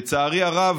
לצערי הרב,